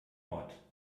ort